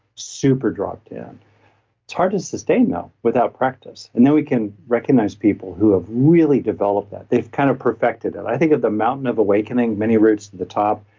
super dropped in. it's hard to sustain though without practice and then we can recognize people who have really developed that. they've kind of perfected it. i think of the mountain of awakening many roots at the top,